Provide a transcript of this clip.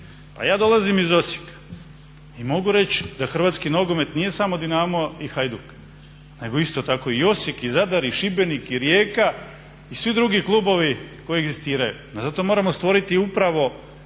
pa ja dolazim iz Osijeka i mogu reći da hrvatski nogomet nije samo Dinamo i Hajduk, nego isto tako i Osijek, Zadar, Šibenik, Rijeka i svi drugi klubovi koji egzistiraju. No zato moramo stvoriti upravo